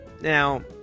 now